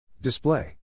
Display